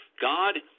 God